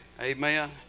Amen